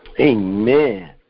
Amen